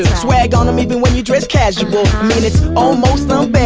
swag on, um even when you dress casual i mean it's almost